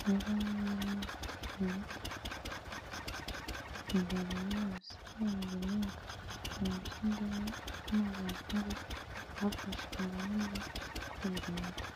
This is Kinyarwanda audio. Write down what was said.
hameze nkaho arimo gutera imiti, imbere yose imbere hakaba ari ibintu by'indobo by'amazi wagira ngo, hafashe ingamba zo kwirinda.